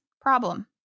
problem